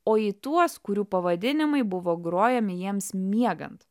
o į tuos kurių pavadinimai buvo grojami jiems miegant